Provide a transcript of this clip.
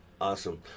Awesome